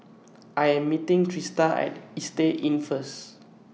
I Am meeting Trista At Istay Inn First